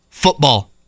football